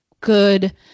good